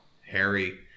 Harry